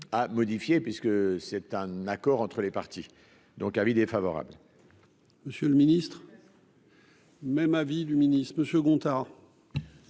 à modifier, parce que c'est un accord entre les parties, donc avis défavorable. Monsieur le Ministre, même avis du ministre. Le second.